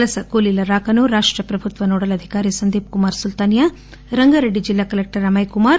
వలస కూలీల రాకను రాష్ట ప్రభుత్వ నోడల్ అధికారి సందీప్ కుమార్ సుల్తానియా రంగారెడ్డి జిల్లా కలెక్టర్ అమయ్ కుమార్